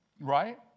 Right